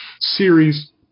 series